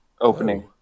opening